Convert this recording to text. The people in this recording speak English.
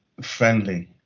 friendly